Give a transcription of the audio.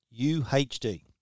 UHD